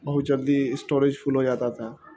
بہت جلدی storage full ہو جاتا تھا